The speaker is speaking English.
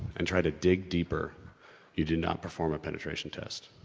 and tried to dig deeper you did not perform a penetration test.